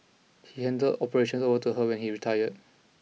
he handed operations over to her when he retired